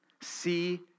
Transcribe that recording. see